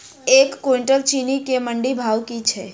एक कुनटल चीनी केँ मंडी भाउ की छै?